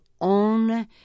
own